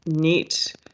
neat